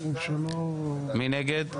מי נגד?